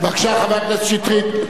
בבקשה, חבר הכנסת שטרית.